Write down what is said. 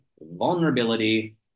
vulnerability